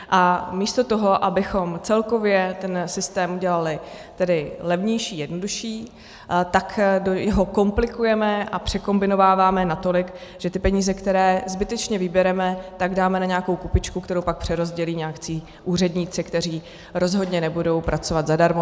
A místo toho, abychom celkově ten systém udělali levnější, jednodušší, tak ho komplikujeme a překombinováváme natolik, že ty peníze, které zbytečně vybereme, dáme na nějakou kupičku, kterou pak přerozdělí nějací úředníci, kteří rozhodně nebudou pracovat zadarmo.